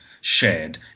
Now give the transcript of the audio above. shared